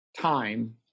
time